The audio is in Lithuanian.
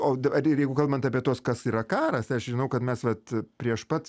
o dar ir jeigu kalbant apie tuos kas yra karas tai aš žinau kad mes vat prieš pat